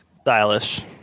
stylish